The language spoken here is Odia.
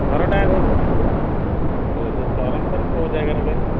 ଘରଟା ଚରମ୍ପାର କେଉଁ ଜାଗାରେ କହିଲେ